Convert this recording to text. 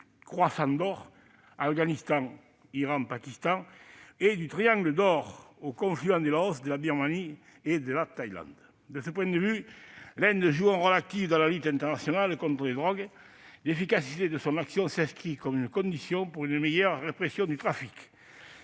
du croissant d'or- Afghanistan, Iran et Pakistan -et du triangle d'or au confluent du Laos, de la Birmanie et de la Thaïlande. De ce point de vue, l'Inde joue un rôle actif dans la lutte internationale contre les drogues, l'efficacité de son action étant l'une des conditions d'une meilleure répression du trafic.